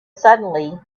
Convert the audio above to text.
suddenly